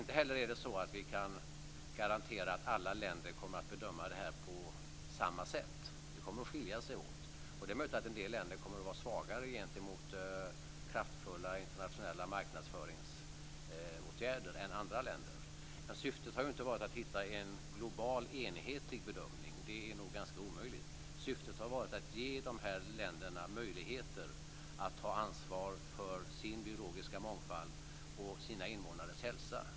Inte heller kan vi garantera att alla länder kommer att bedöma det här på samma sätt. Det kommer att skilja sig åt. Det är möjligt att en del länder kommer att vara svagare gentemot kraftfull internationell marknadsföring än andra länder. Men syftet har inte varit att hitta en global enhetlig bedömning. Det är nog ganska omöjligt. Syftet har varit att ge de här länderna möjligheter att ta ansvar för sin biologiska mångfald och sina invånares hälsa.